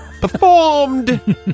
Performed